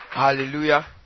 Hallelujah